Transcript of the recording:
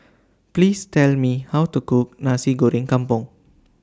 Please Tell Me How to Cook Nasi Goreng Kampung